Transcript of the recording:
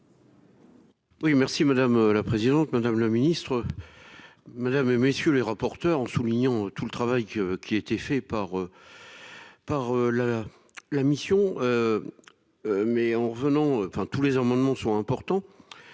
Oui merci madame la présidente, madame le Ministre. Mesdames et messieurs les rapporteurs en soulignant tout le travail que qui a été fait par. Par la la mission. Mais en revenant enfin tous les amendements sont importants.